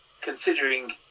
considering